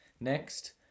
Next